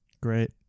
Great